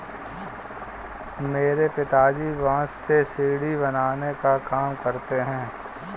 मेरे पिताजी बांस से सीढ़ी बनाने का काम करते हैं